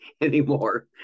anymore